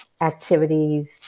activities